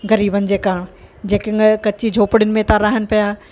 ग़रीबनि जे काणि जेके ङ कची झोपड़िनि में था रहनि पिया